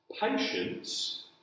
Patience